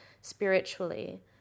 spiritually